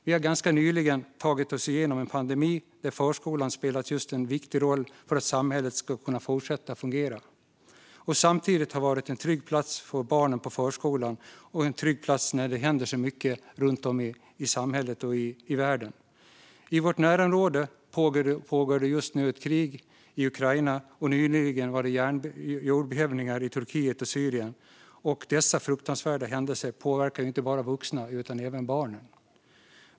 Vi har ganska nyligen tagit oss igenom en pandemi, där förskolan spelade en viktig roll för att samhället skulle kunna fortsätta fungera. Samtidigt är förskolan en trygg plats för barnen när det händer mycket i samhället och i världen. I vårt närområde, i Ukraina, pågår just nu ett krig, och nyligen var det jordbävningar i Turkiet och i Syrien. Dessa fruktansvärda händelser påverkar inte bara vuxna utan även barn.